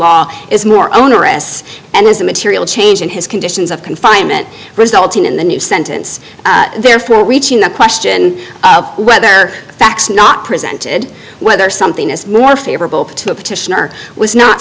law is more onerous and is a material change in his conditions of confinement resulting in the new sentence therefore reaching the question of whether facts not presented whether something is more favorable to the petitioner was not